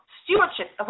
stewardship